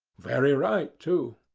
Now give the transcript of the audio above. very right too.